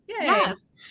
Yes